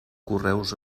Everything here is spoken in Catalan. correus